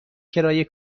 کرایه